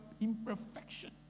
imperfection